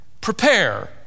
Prepare